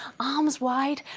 arms wide,